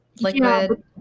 liquid